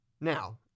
Now